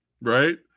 right